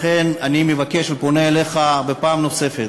לכן, אני מבקש ופונה אליך פעם נוספת: